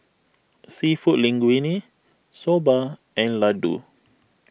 Seafood Linguine Soba and Ladoo